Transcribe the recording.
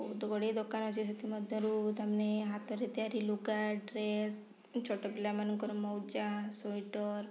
ବହୁତ ଗୁଡ଼ିଏ ଦୋକାନ ଅଛି ସେଥିମଧ୍ୟରୁ ତାମାନେ ହାତରେ ତିଆରି ଲୁଗା ଡ୍ରେସ୍ ଛୋଟ ପିଲାମାନଙ୍କର ମୌଜା ସୁଇଟର୍